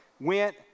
went